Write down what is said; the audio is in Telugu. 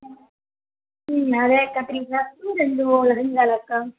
అదే కంపెనీవి రెండు ఉన్నయక్కా